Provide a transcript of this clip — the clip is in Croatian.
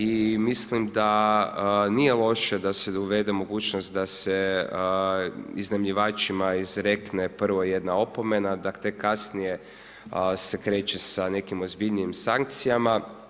I mislim da nije loše da se dovede u mogućnost da se iznajmljivačima izrekne prvo jedna opomena, da tek kasnije se kreće sa nekim ozbiljnijim sankcijama.